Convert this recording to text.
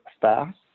FAST